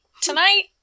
tonight